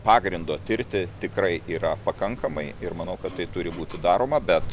pagrindo tirti tikrai yra pakankamai ir manau kad tai turi būti daroma bet